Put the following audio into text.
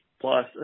plus